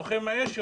לוחם האש,